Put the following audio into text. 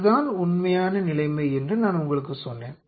இதுதான் உண்மையான நிலைமை என்று நான் உங்களுக்குச் சொன்னேன்